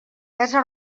casa